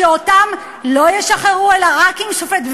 שאותם לא ישחררו אלא רק עם שופט?